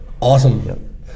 Awesome